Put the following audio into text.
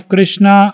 Krishna